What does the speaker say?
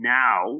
now